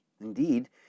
Indeed